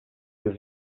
with